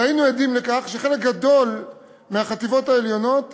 והיינו עדים לכך שחלק גדול מהחטיבות העליונות